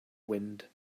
wind